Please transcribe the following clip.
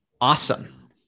Awesome